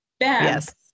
Yes